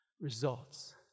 results